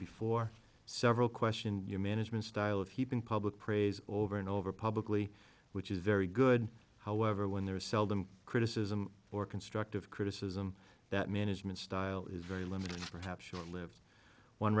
before several questioned your management style of heap in public praise over and over publicly which is very good however when there is seldom criticism or constructive criticism that management style is very limited perhaps short lived one